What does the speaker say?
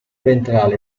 ventrale